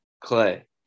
clay